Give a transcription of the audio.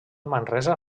manresa